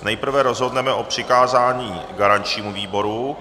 Nejprve rozhodneme o přikázání garančnímu výboru.